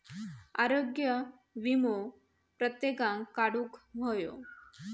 आरोग्य वीमो प्रत्येकान काढुक हवो